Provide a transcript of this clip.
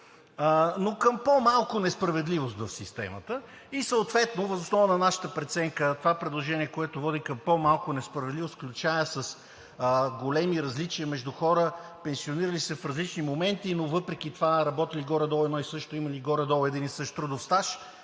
но към по-малко несправедливост в системата и съответно въз основа на нашата преценка това предложение, което води към по-малко несправедливост, включая с големи различия между хора, пенсионирали се в различни моменти, но въпреки това работили горе-долу едно и също, имали горе-долу един и същи трудов стаж,